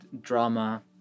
drama